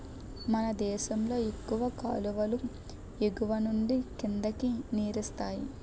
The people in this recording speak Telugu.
మనదేశంలో ఎక్కువ కాలువలు ఎగువనుండి కిందకి నీరిస్తాయి